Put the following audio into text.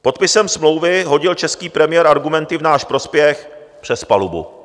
Podpisem smlouvy hodil český premiér argumenty v náš prospěch přes palubu.